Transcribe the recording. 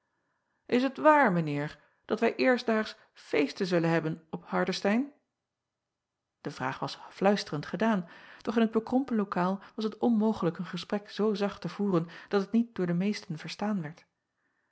s het waar mijn eer dat wij eerstdaags feesten zullen hebben op ardestein e vraag was fluisterend gedaan doch in het bekrompen lokaal was het onmogelijk een gesprek zoo zacht te voeren dat het niet door de meesten verstaan